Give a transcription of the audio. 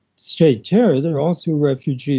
state terror, they're also refugees